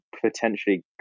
potentially